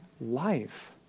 life